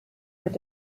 mit